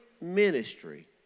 ministry